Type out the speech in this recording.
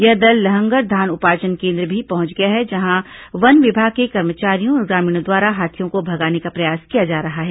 यह दल लहंगर धान उपार्जन केन्द्र भी पहुंच गया है जहां वन विभाग के कर्मचारियों और ग्रामीणों द्वारा हाथियों को भगाने का प्रयास किया जा रहा है